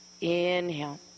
Inhale